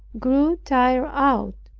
grew tired out.